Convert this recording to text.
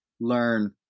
Learn